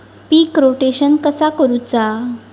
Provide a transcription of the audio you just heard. पीक rotation कसा करूचा?